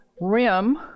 rim